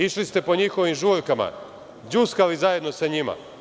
Išli ste po njihovim žurkama, đuskali zajedno sa njima.